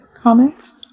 comments